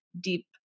deep